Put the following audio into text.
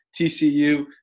TCU